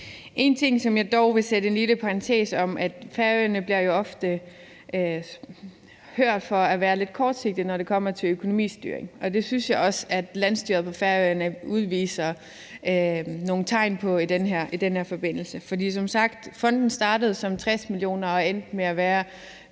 En ting, som jeg dog vil sætte i en lille parentes her, er, at Færøerne jo ofte hører for at være lidt kortsigtet, når det kommer til økonomistyring, og det synes jeg også at landsstyret på Færøerne udviser nogle tegn på i den her forbindelse. For som sagt startede fonden som 60 mio. kr. og endte med at være